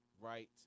right